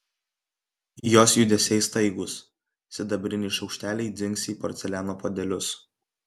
jos judesiai staigūs sidabriniai šaukšteliai dzingsi į porceliano puodelius